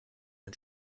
mit